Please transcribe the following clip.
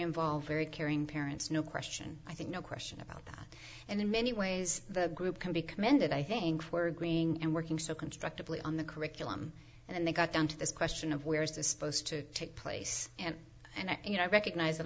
involved very caring parents no question i think no question about that and in many ways the group can be commended i think we're going and working so constructively on the curriculum and they got down to this question of where is this supposed to take place and you know i recognize that